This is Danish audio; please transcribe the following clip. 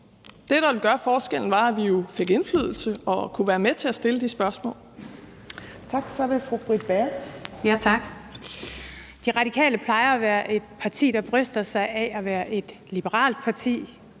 Det, der ville gøre forskellen, var jo, at vi fik indflydelse og kunne være med til at stille de spørgsmål.